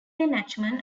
nachman